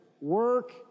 work